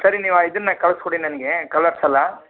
ಸರಿ ನೀವು ಆ ಇದನ್ನ ಕಳ್ಸಿ ಕೊಡಿ ನನಗೆ ಕಲ್ಲರ್ಸ್ ಎಲ್ಲ